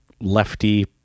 lefty